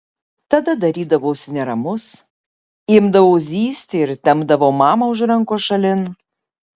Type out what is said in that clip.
tada darydavausi neramus imdavau zyzti ir tempdavau mamą už rankos šalin